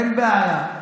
אני אחזור לזה, אין בעיה.